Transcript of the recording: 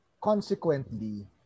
consequently